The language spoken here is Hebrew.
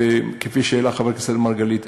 כפי שהעלה חבר הכנסת מרגלית,